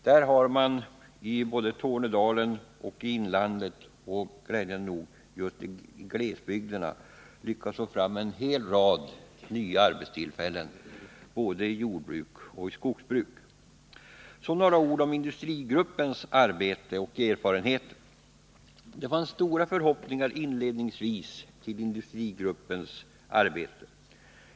Den har både i Tornedalen, i inlandet och glädjande nog i glesbygderna lyckats få fram en rad nya arbetstillfällen. Så några ord om industrigruppens arbete och erfarenheter. Det knöts stora förhoppningar till dess arbete när det inleddes.